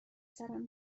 سرم